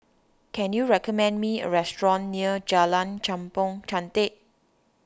can you recommend me a restaurant near Jalan Kampong Chantek